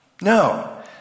No